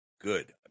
good